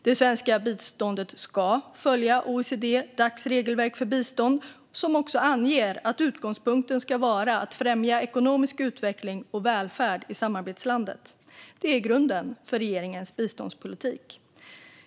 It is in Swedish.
Det svenska biståndet ska följa OECD-Dacs regelverk för bistånd, vilket anger att utgångspunkten ska vara att främja ekonomisk utveckling och välfärd i samarbetslandet. Det är grunden för regeringens biståndspolitik.